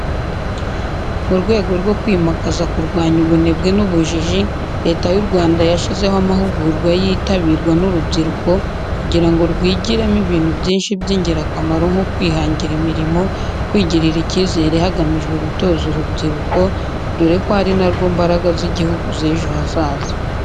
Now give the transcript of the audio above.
Mu rwego rwo kwimakaza kurwanya ubunebwe n'ubujiji Leta y'u Rwanda yashizeho amahugurwa yitabirwa n'urubyiruko kugira ngo rwigiremo ibintu byinshi by'ingirakamaro nko kwihangira imirimo, kwigirira icyizere hagamijwe gutoza urubyiruko dore ko ari na rwo mbaraga z'igihugu z'ejo hazaza.